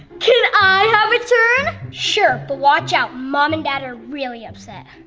can i have it turn? sure, but watch out. mom and dad are really upset.